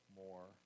more